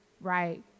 right